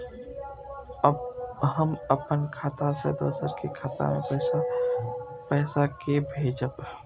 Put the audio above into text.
हम अपन खाता से दोसर के खाता मे पैसा के भेजब?